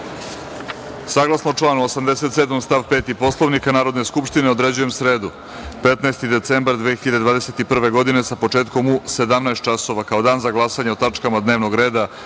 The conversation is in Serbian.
reda. Saglasno članu 87. stav 5. Poslovnika Narodne skupštine određujem sredu 15. decembar 2021. godine sa početkom u 17.00 časova kao dan za glasanje o tačkama dnevnog reda